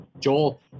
Joel